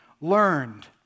learned